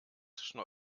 zwischen